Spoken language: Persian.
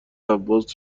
عباس